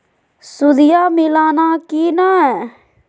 सुदिया मिलाना की नय?